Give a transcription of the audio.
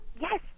Yes